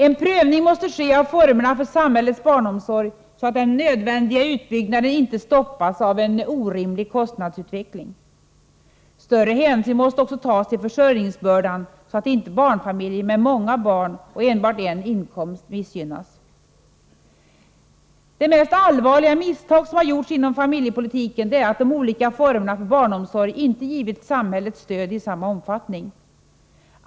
En prövning måste ske av formerna för samhällets barnomsorg, så att den nödvändiga utbyggnaden inte stoppas av en orimlig kostnadsutveckling. Större hänsyn måste också tas till försörjningsbördan, så att inte barnfamiljer med många barn och enbart en inkomst missgynnas. Det mest allvarliga misstag som har gjorts inom familjepolitiken är att de olika formerna för barnomsorg inte har givits samhällets stöd i samma omfattning.